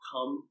Come